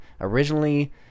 originally